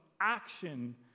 action